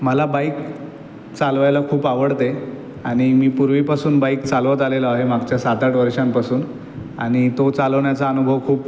मला बाइक चालवायला खूप आवडते आणि मी पूर्वीपासून बाईक चालवत आलेलो आहे मागच्या सात आठ वर्षांपासून आणि तो चालवण्याचा अनुभव खूप